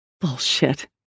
Bullshit